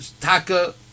Taka